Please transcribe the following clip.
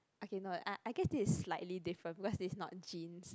I cannot I I guess this is slightly different because this is not genes